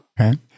Okay